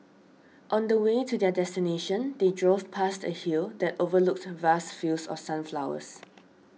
on the way to their destination they drove past a hill that overlooked vast fields of sunflowers